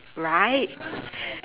right